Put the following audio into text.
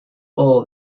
all